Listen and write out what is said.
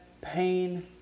pain